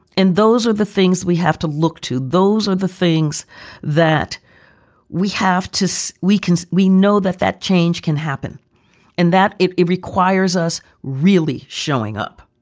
and those are the things we have to look to. those are the things that we have to say. we can. we know that that change can happen and that it it requires us really showing up,